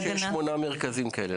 אני מבין שיש שמונה מרכזים כאלה.